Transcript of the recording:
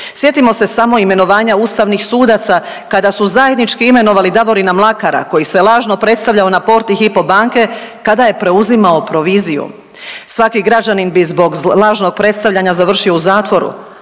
Sjetimo se samo imenovanja ustavnih sudaca kada su zajednički imenovali Davorina Mlakara koji se lažno predstavljao na porti Hypo banke kada je preuzimao proviziju. Svaki građanin bi zbog lažnog predstavljanja završio u zatvoru,